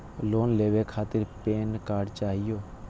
Loan लेवे खातीर PAN card चाहियो?